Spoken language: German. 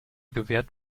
gewährt